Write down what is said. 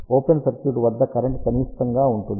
open circuit వద్ద current కనీష్టంగా ఉంటుంది